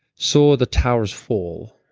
saw the towers fall,